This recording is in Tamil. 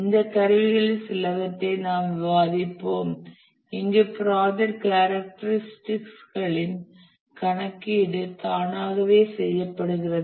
இந்த கருவிகளில் சிலவற்றை நாம் விவாதிப்போம் இங்கு ப்ராஜெக்டின் கேரக்டரிஸ்டிகஸ்களின் கணக்கீடு தானாகவே செய்யப்படுகிறது